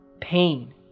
pain